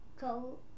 go